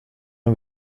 jag